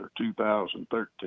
2013